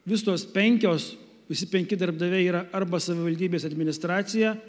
vis tos penkios visi penki darbdaviai yra arba savivaldybės administracija